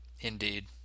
Indeed